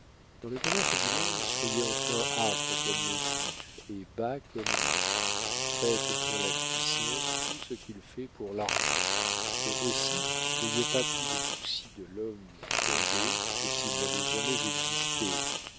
dans le commerce du monde soyez enfin âpre comme le juif et bas comme lui faites pour la puissance tout ce qu'il fait pour l'argent mais aussi n'ayez pas plus de souci de l'homme tombé que s'il n'avait jamais existé